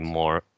more